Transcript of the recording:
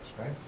right